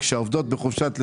כאשר העובדות בחופשת לידה,